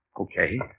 Okay